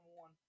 one